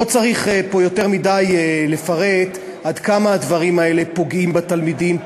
לא צריך יותר מדי לפרט פה עד כמה הדברים האלה פוגעים בתלמידים,